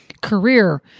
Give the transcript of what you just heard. career